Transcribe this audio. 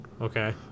Okay